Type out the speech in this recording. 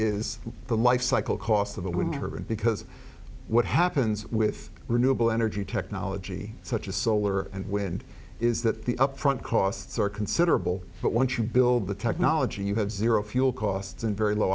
is the lifecycle cost of the winter and because what happens with renewable energy technology such as solar and wind is that the upfront costs are considerable but once you build the technology you have zero fuel costs and very low